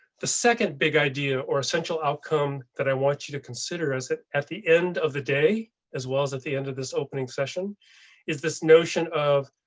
the second big idea or essential outcome that i want you to consider as it at the end of the day as well as at the end of this opening session is this notion of.